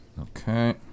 Okay